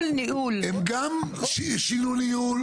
אחת הנקודות כדי לשמור על ההיגיון הזה גם כן,